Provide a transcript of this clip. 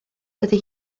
dydi